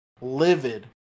livid